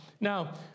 Now